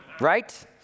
Right